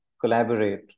collaborate